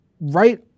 right